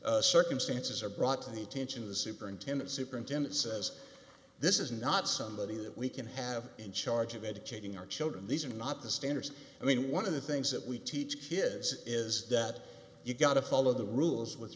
just circumstances are brought to the attention the superintendent superintendent says this is not somebody that we can have in charge of educating our children these are not the standards i mean one of the things that we teach kids is that you've got to follow the rules with